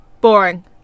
Boring